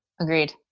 Agreed